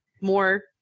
more